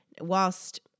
Whilst